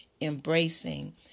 embracing